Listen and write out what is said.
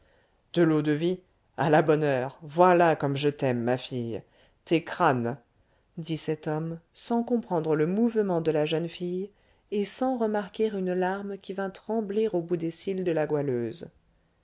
de l'eau-de-vie à la bonne heure voilà comme je t'aime ma fille t'es crâne dit cet homme sans comprendre le mouvement de la jeune fille et sans remarquer une larme qui vint trembler au bout des cils de la goualeuse